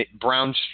Brown